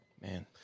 man